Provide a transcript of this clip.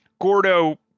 Gordo